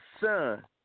son